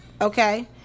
okay